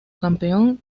campeón